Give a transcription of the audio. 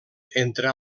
entre